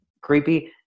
creepy